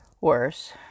worse